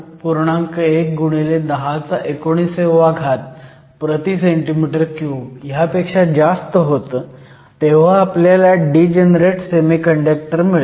1 x 1019 cm 3 पेक्षा जास्त होतं तेव्हा आपल्याला डीजनरेट सेमीकंडक्टर मिळतो